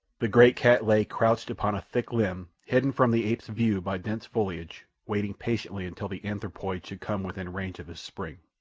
the great cat lay crouched upon a thick limb, hidden from the ape's view by dense foliage, waiting patiently until the anthropoid should come within range of his spring.